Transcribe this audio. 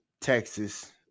Texas